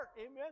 amen